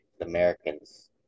Americans